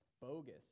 bogus